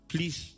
Please